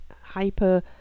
hyper